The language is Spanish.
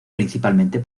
principalmente